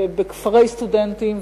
כפרי סטודנטים,